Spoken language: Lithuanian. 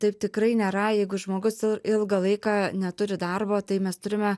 taip tikrai nėra jeigu žmogus ilgą laiką neturi darbo tai mes turime